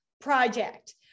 project